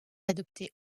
adopté